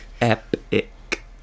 epic